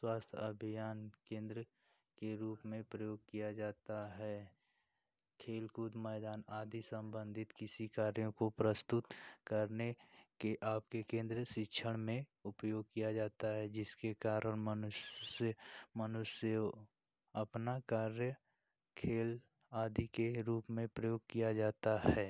स्वास्थय अभियान केन्द्र के रूप में प्रयोग किया जाता है खेल कूद मैदान आदि संबंधित किसी कार्यों को प्रस्तुत करने के आपके केन्द्र शिक्षण में उपयोग किया जाता है जिसके कारण मनु स्य मनुष्यों अपना कार्य खेल आदि के रूप में प्रयोग किया जाता है